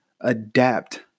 adapt